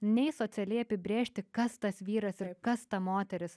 nei socialiai apibrėžti kas tas vyras ir kas ta moteris